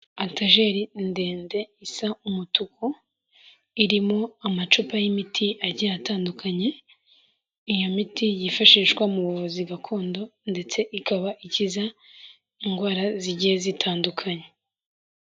Etajeri ndende isa umutuku, irimo amacupa y'imiti agiye atandukanye, iyo miti yifashishwa mu buvuzi gakondo, ndetse ikaba ikiza indwara zigiye zitandukanye.